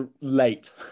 late